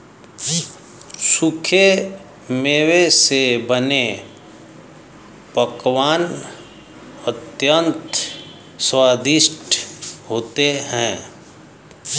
सूखे मेवे से बने पकवान अत्यंत स्वादिष्ट होते हैं